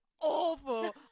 Awful